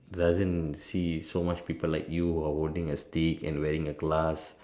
doesn't see so much people like you who are holding a stick and wearing a glass